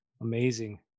Amazing